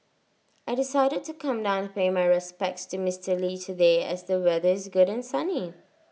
I decided to come down to pay my respects to Mister lee today as the weather is good and sunny